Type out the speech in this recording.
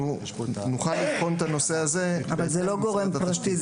אנחנו נוכל לבחון את הנושא הזה בהתאם --- אבל זה לא גורם פרטי.